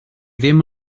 ddim